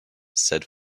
said